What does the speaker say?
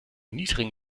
niedrigen